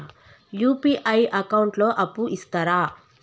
UPI account లో అప్పు ఇస్తరా?